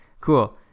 cool